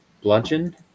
bludgeon